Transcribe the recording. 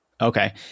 Okay